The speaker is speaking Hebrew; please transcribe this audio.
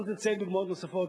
יכולתי לציין דוגמאות נוספות.